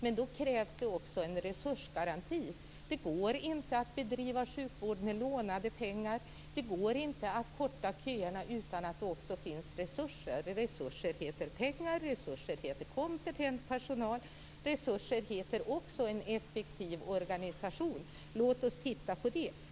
Men då krävs det också en resursgaranti. Det går inte att bedriva sjukvård med lånade pengar. Det går inte att korta köerna utan att det också finns resurser. Och resurser heter pengar. Resurser heter kompetent personal. Och resurser heter också en effektiv organisation. Låt oss titta på det.